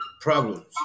problems